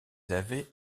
avait